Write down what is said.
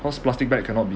cause plastic bag cannot be